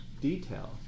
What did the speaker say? detail